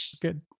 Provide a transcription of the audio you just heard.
Good